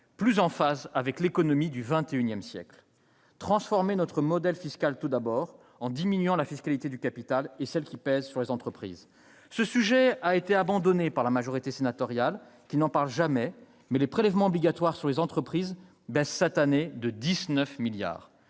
plus en phase avec l'économie du XXI siècle. Il s'agit tout d'abord de transformer notre modèle fiscal, en diminuant la fiscalité du capital et celle qui pèse sur les entreprises. Ce sujet a été abandonné par la majorité sénatoriale, qui n'en parle jamais, mais les prélèvements obligatoires sur les entreprises baissent, cette année, de 19 milliards